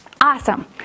Awesome